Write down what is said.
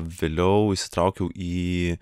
vėliau įsitraukiau į